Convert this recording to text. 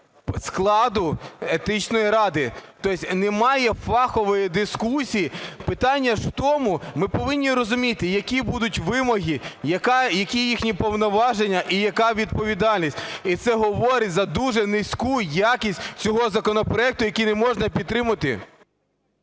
складу Етичної ради, тобто немає фахової дискусії. Питання ж в тому, ми повинні розуміти, які будуть вимоги, які їхні повноваження і яка відповідальність. І це говорить за дуже низьку якість цього законопроекту, який не можна підтримувати.